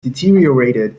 deteriorated